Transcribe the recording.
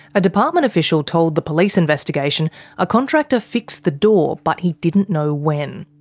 a department official told the police investigation a contractor fixed the door but he didn't know when.